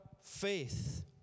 faith